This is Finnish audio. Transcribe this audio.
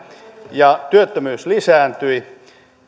ja työttömyys lisääntyi